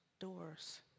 doors